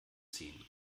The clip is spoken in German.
ziehen